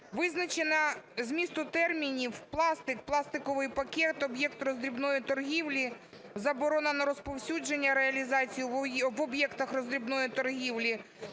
Визначення змісту термінів: пластик, пластиковий пакет, об'єкт роздрібної торгівлі, заборона на розповсюдження, реалізація в об'єктах роздрібної торгівлі